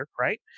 right